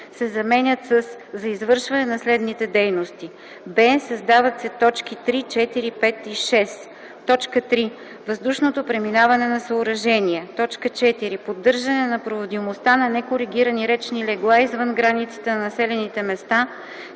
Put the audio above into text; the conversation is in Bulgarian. се заменят със „за извършване на следните дейности:”; б) създават се т. 3, 4, 5 и 6: „3. въздушно преминаване на съоръжения; 4. поддържане проводимостта на некоригирани речни легла извън границите на населените места